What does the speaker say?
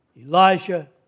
Elijah